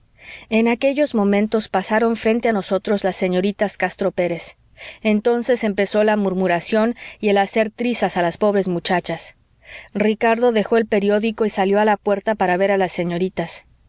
en aquellos momentos pasaron frente a nosotros las señoritas castro pérez entonces empezó la murmuración y el hacer trizas a las pobres muchachas ricardo dejó el periódico y salió a la puerta para ver a las señoritas